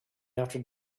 after